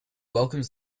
welcomes